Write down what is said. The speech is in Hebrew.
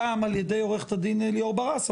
הפעם על ידי עורכת הדין ליאור ברס,